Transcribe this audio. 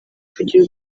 kugira